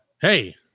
hey